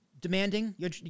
demanding